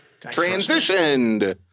Transitioned